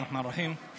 את